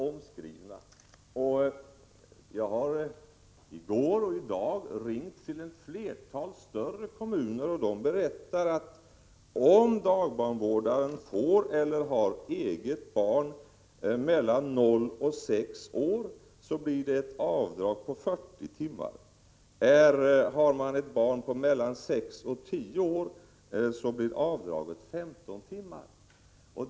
Jag har i går och i dag ringt till flera större kommuner, och de berättar att om dagbarnvårdaren får eller har egna barn under sex år får hon ett avdrag på 40 timmar. Har man ett barn mellan sex och tio år blir avdraget 15 timmar.